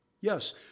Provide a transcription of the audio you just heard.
Yes